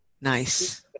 nice